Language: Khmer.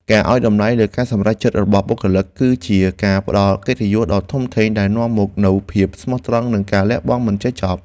ការឱ្យតម្លៃលើការសម្រេចចិត្តរបស់បុគ្គលិក គឺជាការផ្ដល់កិត្តិយសដ៏ធំធេងដែលនាំមកនូវភាពស្មោះត្រង់និងការលះបង់មិនចេះចប់។